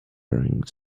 during